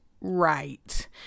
right